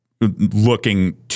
looking